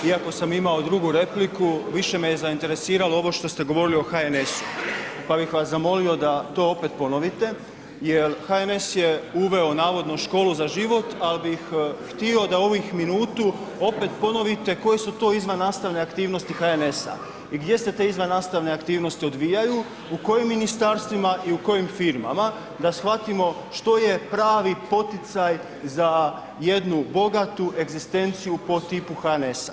Iako sam imao drugu repliku više me je zainteresiralo ovo što ste govorili o HNS-u, pa bih vas zamolio da to opet ponovite jel HNS je uveo navodno školu za život, ali bih htio da ovih minut opet ponovite koje su to izvannastavne aktivnosti HNS, gdje se te izvannastavne aktivnosti odvijaju u kojim ministarstvima i u kojim firmama da shvatimo što je pravi poticaj za jednu bogatu egzistenciju po tipu HNS-a.